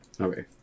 okay